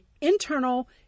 internal